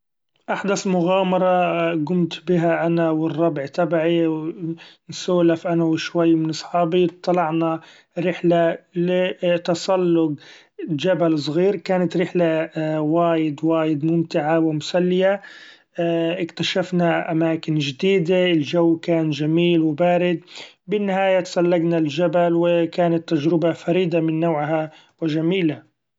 أحدث مغامرة قمت بها أنا و الربع تبعي نسولف أنا و شوي من أصحابي طلعنا سوا رحلة لتسلق جبل صغير ، كانت رحلة وايد وايد ممتعه و مسليه ، اكتشفنا أماكن جديدة ، الجو كان جميل وبارد ، بالنهاية تسلقنا الجبل و كانت تجربة فريدة من نوعها و جميلة.